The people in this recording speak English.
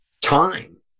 time